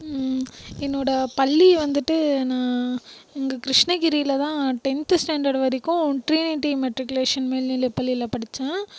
என்னோடய பள்ளி வந்துட்டு நான் எங்கள் கிருஷ்ணகிரியிலதான் டென்த் ஸ்டாண்டர்ட் வரைக்கும் ட்ரீனிட்டி மெட்ரிகுலேஷன் மேல்நிலை பள்ளியில் படித்தேன்